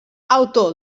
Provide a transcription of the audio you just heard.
autor